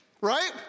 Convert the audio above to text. right